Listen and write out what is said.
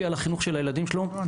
דבריך, בבקשה.